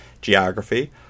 geography